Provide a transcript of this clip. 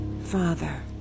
father